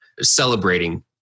celebrating